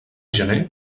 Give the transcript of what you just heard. gener